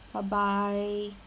bye bye